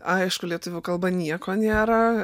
aišku lietuvių kalba nieko nėra